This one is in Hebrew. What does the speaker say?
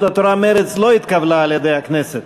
התורה ומרצ לא התקבלה על-ידי הכנסת.